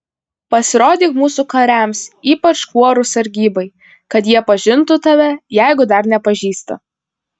pasirodyk mūsų kariams ypač kuorų sargybai kad jie pažintų tave jeigu dar nepažįsta